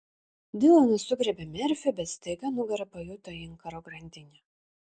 dilanas sugriebė merfį bet staiga nugara pajuto inkaro grandinę